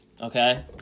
Okay